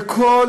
וכל